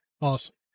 Awesome